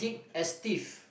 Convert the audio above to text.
thick as thieves